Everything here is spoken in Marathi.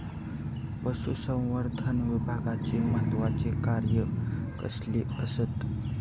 पशुसंवर्धन विभागाची महत्त्वाची कार्या कसली आसत?